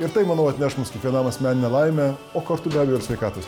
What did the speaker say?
ir tai manau atneš mums kiekvienam asmeninę laimę o kartu gal jau ir sveikatos